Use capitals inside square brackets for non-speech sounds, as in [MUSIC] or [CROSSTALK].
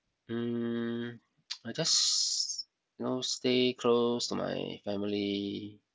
mm [NOISE] I just you know stay close to my family